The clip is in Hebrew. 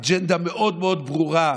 אג'נדה מאוד מאוד ברורה,